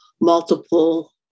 multiple